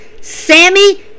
Sammy